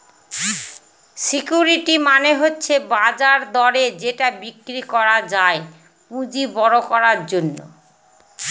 security মানে হচ্ছে বাজার দরে যেটা বিক্রি করা যায় পুঁজি বড়ো করার জন্য